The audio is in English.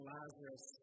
Lazarus